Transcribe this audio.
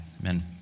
amen